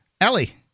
Ellie